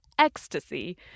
ecstasy